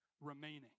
remaining